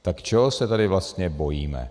Tak čeho se tady vlastně bojíme?